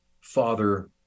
father